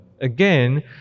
again